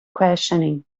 questioning